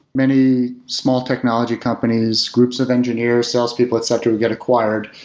many small technology companies, groups of engineer, salespeople, etc, get acquired,